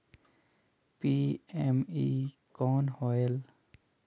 PME कौन होयल?